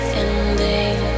ending